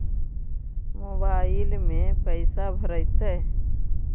Mobile में पैसा भरैतैय?